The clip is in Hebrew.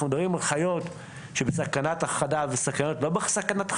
אנחנו מדברים על חיות שבסכנת הכחדה לא בסכנת הכחדה?